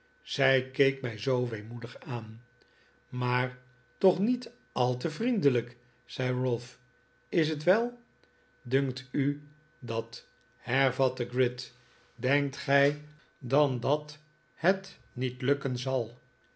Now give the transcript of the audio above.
zij keek mij zoo weemoedig aan maar toch niet al te vriendelijk zei ralph is t wel dunkt u dat hervatte gride denkt gij dan dat het niet lukken zal